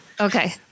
Okay